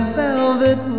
velvet